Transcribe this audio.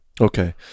Okay